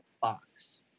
Fox